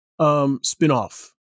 spinoff